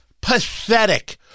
Pathetic